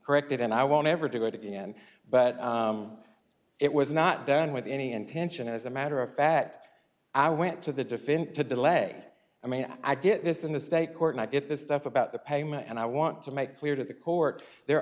correct it and i won't ever do it again but it was not done with any intention as a matter of fact i went to the defendant to delay i mean i get this in the state court not if this stuff about the payment and i want to make clear to the court there